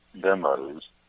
demos